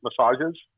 massages